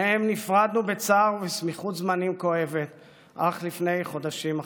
שמהם נפרדנו בצער ובסמיכות זמנים כואבת אך לפני חודשים אחדים.